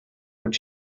would